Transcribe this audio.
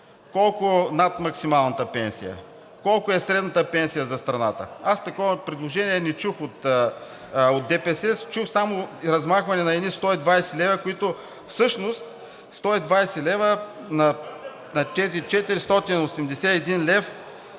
Колко над максималната пенсия? Колко е средната пенсия за страната? Такова предложение не чух от ДПС. Чух само размахване на едни 120 лв., които всъщност 120 лв. на тези 481 лв.